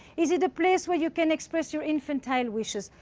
is it a place where you can express your infantile wishes?